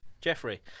Jeffrey